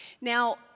now